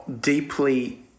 deeply